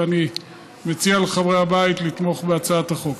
ואני מציע לחברי הבית לתמוך בהצעת החוק.